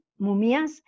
Mumias